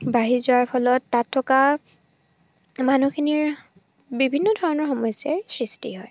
বাঢ়ি যোৱাৰ ফলত তাত থকা মানুহখিনিৰ বিভিন্ন ধৰণৰ সমস্যাৰ সৃষ্টি হয়